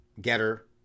Getter